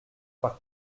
par